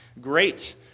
great